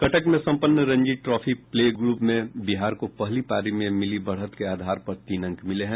कटक में सम्पन्न Ranji trophy plate group में बिहार को पहली पारी में मिली बढ़त के आधार पर तीन अंक मिले हैं